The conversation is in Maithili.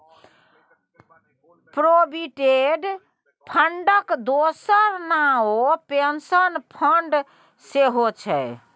प्रोविडेंट फंडक दोसर नाओ पेंशन फंड सेहौ छै